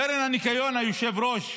בקרן הניקיון, היושב-ראש,